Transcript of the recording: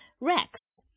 Rex